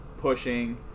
pushing